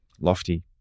Lofty